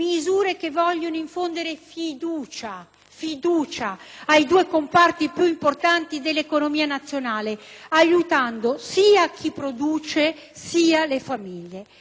fiducia ai due comparti più importanti dell'economia nazionale, aiutando sia chi produce sia le famiglie. Si tratta di